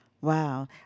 Wow